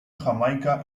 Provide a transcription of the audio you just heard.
jamaica